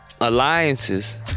alliances